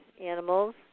animals